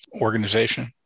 organization